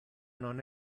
non